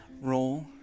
Roll